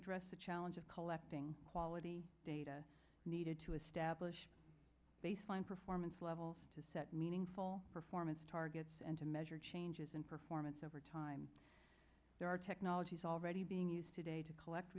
address the challenge of collecting quality data needed to establish a baseline performance levels to set meaningful performance targets and to measure changes in performance over time there are technologies already being used today to collect